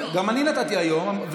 גם אני נתתי היום,